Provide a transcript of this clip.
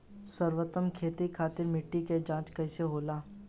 सर्वोत्तम खेती खातिर मिट्टी के जाँच कइसे होला?